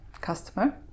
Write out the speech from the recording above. customer